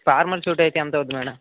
formal suit అయితే ఎంత అవ్వుద్ది మ్యాడం